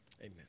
Amen